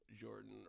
Jordan